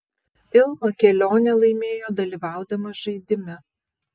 ilma kelionę laimėjo dalyvaudama žaidime